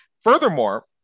Furthermore